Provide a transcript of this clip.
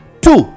Two